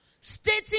Stating